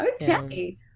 okay